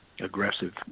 aggressive